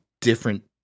different